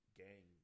gang